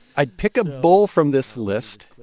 i'd pick a bull from this list.